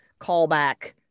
callback